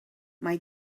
mae